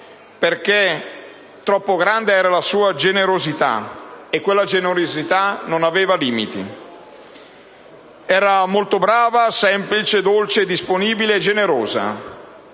e troppo grande era la sua generosità, e quella generosità non aveva limiti. Era molto brava, semplice, dolce, disponibile e generosa;